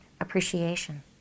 appreciation